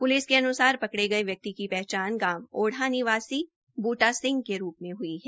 police के अन्सार पकड़े गये व्यक्ति की पहचान गांव ओढ़ा निवासी बूटा सिंह के रूप मे ह्ई है